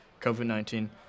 COVID-19